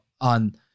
on